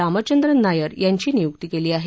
रामचंद्रन नायर यांची नियुक्ती केली आहे